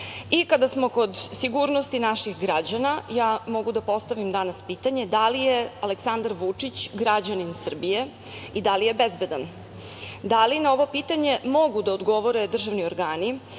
smo kod sigurnosti naših građana, ja mogu da postavim danas pitanje da li je Aleksandar Vučić građanin Srbije i da li je bezbedan? Da li na ovo pitanje mogu da odgovore državni organi